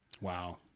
Wow